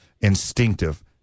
Instinctive